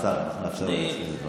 השר, אנחנו נאפשר לו לסיים את הדברים.